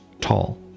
tall